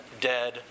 dead